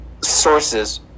Sources